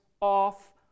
off